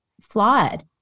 flawed